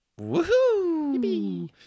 Woohoo